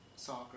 Soccer